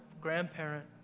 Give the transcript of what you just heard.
grandparent